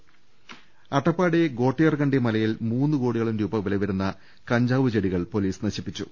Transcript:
രദേഷ്ടെടു അട്ടപ്പാടി ഗോട്ടിയർകണ്ടി മലയിൽ മൂന്നുകോടിയോളം രൂപ വിലവരുന്ന കഞ്ചാവ് ചെടികൾ പൊലീസ് നശിപ്പിച്ചു